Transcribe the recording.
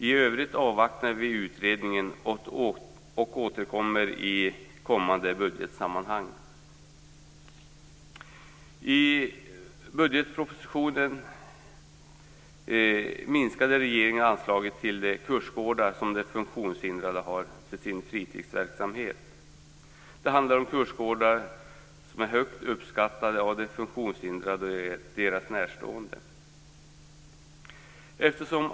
I övrigt avvaktar vi utredningen och återkommer i kommande budgetsammanhang. I budgetpropositionen minskade regeringen anslaget till de kursgårdar som de funktionshindrade har för sin fritidsverksamhet. Det handlar om kursgårdar som är högt uppskattade av de funktionshindrade och deras närstående.